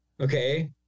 Okay